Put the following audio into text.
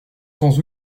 sans